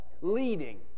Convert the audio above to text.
leading